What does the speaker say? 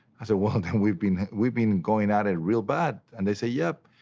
i said well then we've been we've been going at it real bad and they said yep,